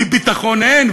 כי ביטחון אין,